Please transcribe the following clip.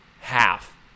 half